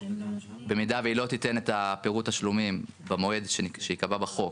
במידה והיא לא תיתן את פירוט התשלומים במועד שייקבע בחוק,